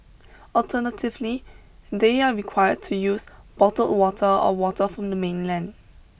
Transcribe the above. alternatively they are required to use bottled water or water from the mainland